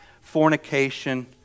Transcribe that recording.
fornication